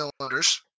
cylinders